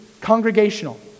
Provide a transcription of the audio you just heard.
congregational